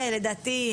לדעתי,